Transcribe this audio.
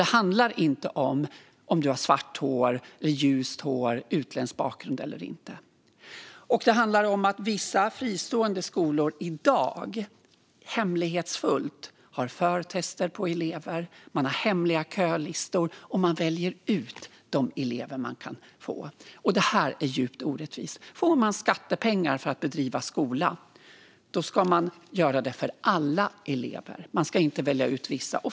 Det handlar inte om svart eller ljust hår, utländsk eller svensk bakgrund. Det handlar också om att vissa fristående skolor i hemlighet gör förtester på elever, har hemliga kölistor och väljer ut sina elever. Detta är djupt orättvist. Får man skattepengar för att bedriva skola ska man göra det för alla och inte välja ut vissa.